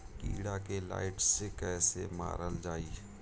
कीड़ा के लाइट से कैसे मारल जाई?